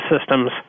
systems